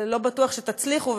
ולא בטוח שתצליחו,